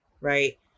right